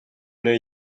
their